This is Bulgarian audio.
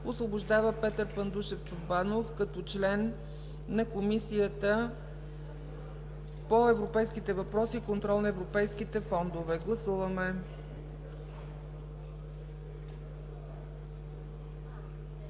Освобождава Петър Пандушев Чобанов като член на Комисията по европейските въпроси и контрол на европейските фондове.” Гласуваме.